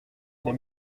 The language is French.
les